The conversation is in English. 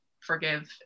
forgive